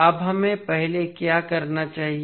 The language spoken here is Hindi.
अब हमें पहले क्या करना चाहिए